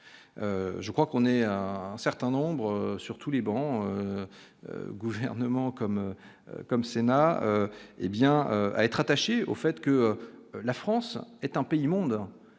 je crois qu'on est un certain nombre sur tous les bancs, gouvernement comme comme Sénat hé bien être attaché au fait que la France est un pays du monde